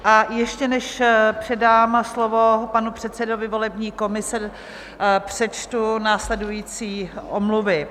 A ještě než předám slovo panu předsedovi volební komise, přečtu následující omluvy.